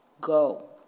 go